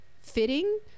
fitting